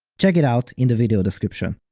check it out in the video description.